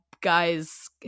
guys